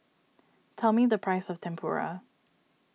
tell me the price of Tempura